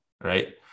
right